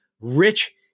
rich